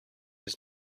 his